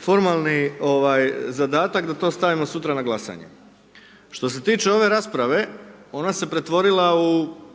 formalni zadatak da to stavimo sutra na glasanje. Što se tiče ove rasprave, ona se pretvorila u